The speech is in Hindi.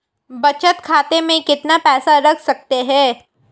बचत खाते में कितना पैसा रख सकते हैं?